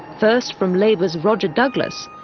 first from labour's roger douglas,